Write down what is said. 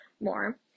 more